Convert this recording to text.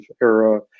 era